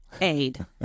aid